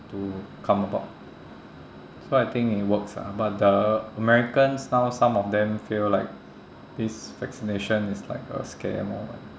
to come about so I think it works ah but the americans now some of them feel like this vaccination is like a scam or like